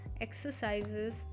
exercises